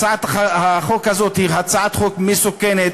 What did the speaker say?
הצעת החוק הזאת היא הצעת חוק מסוכנת,